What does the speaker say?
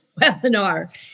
webinar